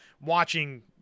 watching